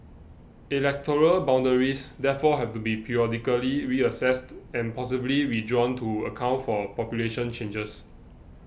electoral boundaries therefore have to be periodically reassessed and possibly redrawn to account for population changes